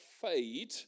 fade